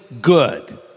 good